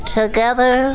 together